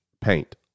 paint